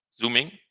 zooming